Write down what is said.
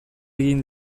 egin